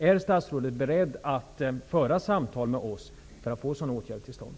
Är statsrådet beredd att föra samtal med oss för att få till stånd sådana åtgärder?